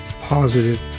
positive